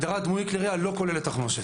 הגדרת דמוי כלי ירייה לא כוללת תחמושת.